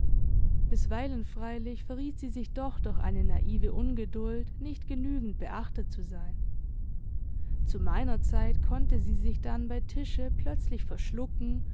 bisweilen freilich verriet sie sich doch durch eine naive ungeduld nicht genügend beachtet zu sein zu meiner zeit konnte sie sich dann bei tische plötzlich verschlucken